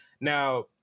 Now